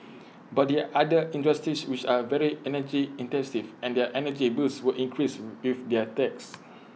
but there are other industries which are very energy intensive and their energy bills would increase with their tax